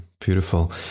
Beautiful